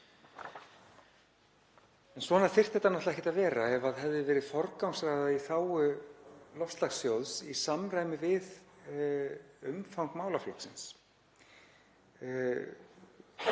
Svona þyrfti þetta náttúrlega ekki að vera ef það hefði verið forgangsraðað í þágu loftslagssjóðs í samræmi við umfang málaflokksins.